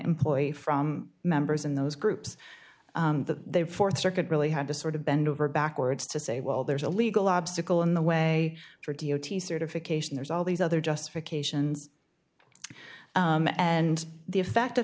employee from members in those groups the th circuit really had to sort of bend over backwards to say well there's a legal obstacle in the way for d o t certification there's all these other justification and the effect of